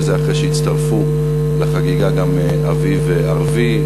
וזה אחרי שהצטרפו לחגיגה גם אביב ערבי,